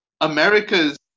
America's